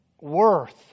worth